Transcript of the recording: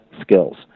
skills